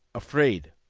afraid,